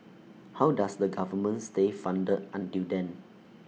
how does the government stay funded until then